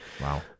Wow